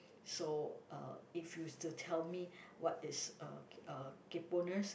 so uh if you were to tell me what is uh uh kayponess